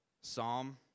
Psalm